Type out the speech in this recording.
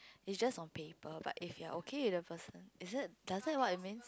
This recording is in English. is just on paper but if you're okay with the person is it does it what it mean